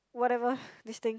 whatever this thing